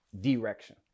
direction